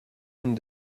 une